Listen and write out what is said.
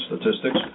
Statistics